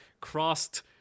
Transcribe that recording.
crossed